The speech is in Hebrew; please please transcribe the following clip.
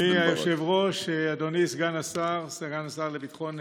אדוני היושב-ראש, אדוני סגן השר לביטחון פנים,